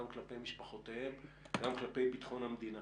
גם כלפי משפחותיהם וגם כלפי ביטחון המדינה.